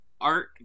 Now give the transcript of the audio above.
art